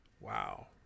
Wow